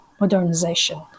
modernization